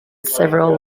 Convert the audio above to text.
several